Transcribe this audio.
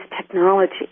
technology